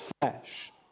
flesh